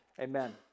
Amen